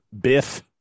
Biff